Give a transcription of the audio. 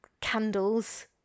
candles